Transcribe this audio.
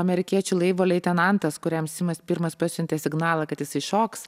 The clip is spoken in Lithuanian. amerikiečių laivo leitenantas kuriam seimas pirmas pasiuntė signalą kad jisai šoks